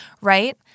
Right